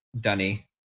Dunny